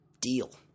deal